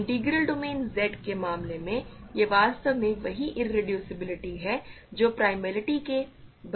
integral domain Z के मामले में ये वास्तव में वही इरेड्यूसिबिलिटी हैं जो प्राईमेलिटी के बराबर हैं